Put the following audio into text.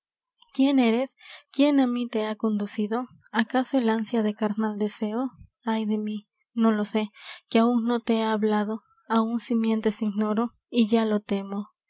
quién eres quién á mí te ha conducido acaso el ánsia de carnal deseo ay de mí no lo sé que áun no te he hablado áun si mientes ignoro y ya lo temo no